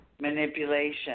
manipulation